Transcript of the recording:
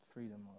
Freedom